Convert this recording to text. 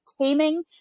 taming